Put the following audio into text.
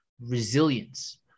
resilience